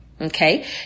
Okay